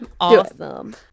Awesome